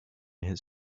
his